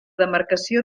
demarcació